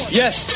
yes